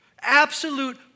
Absolute